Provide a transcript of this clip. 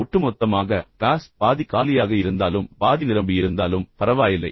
ஒட்டுமொத்தமாக க்ளாஸ் பாதி காலியாக இருந்தாலும் பாதி நிரம்பியிருந்தாலும் பரவாயில்லை